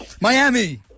Miami